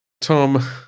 Tom